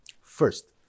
first